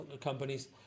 companies